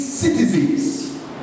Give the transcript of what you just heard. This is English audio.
Citizens